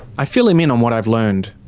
i fill him in on what i've learned.